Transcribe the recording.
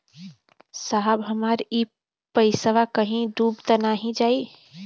साहब हमार इ पइसवा कहि डूब त ना जाई न?